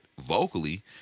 vocally